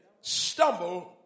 stumble